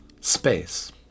space